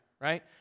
right